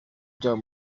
byabo